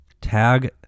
tag